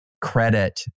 credit